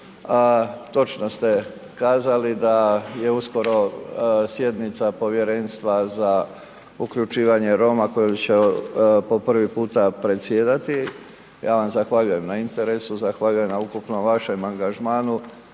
točno ste kazali da je uskoro sjednica Povjerenstva za uključivanje Roma koji će po prvi puta predsjedati, ja vam zahvaljujem na interesu, zahvaljujem na ukupnom vašem angažmanu